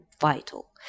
vital